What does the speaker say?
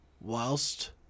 whilst